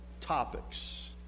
topics